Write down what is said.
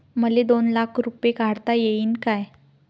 मले दोन लाख रूपे काढता येईन काय?